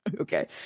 Okay